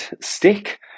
stick